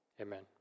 Amen